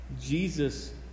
Jesus